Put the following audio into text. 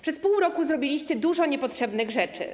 Przez pół roku zrobiliście dużo niepotrzebnych rzeczy.